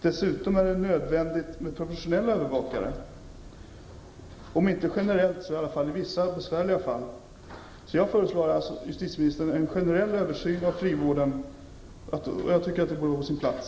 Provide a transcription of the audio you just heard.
Dessutom är det nödvändigt med professionella övervakare, om inte generellt så åtminstone i vissa besvärliga fall. En generell översyn av frivården vore på sin plats.